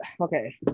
okay